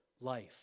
life